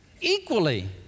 equally